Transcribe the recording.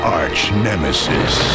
arch-nemesis